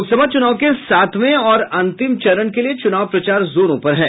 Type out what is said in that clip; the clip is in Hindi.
लोकसभा चुनाव के सातवें और अंतिम चरण के लिये चुनाव प्रचार जोरों पर है